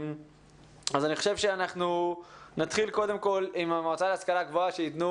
‏אנחנו נתחיל קודם עם המועצה להשכלה גבוהה שיתנו